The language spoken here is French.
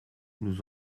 nous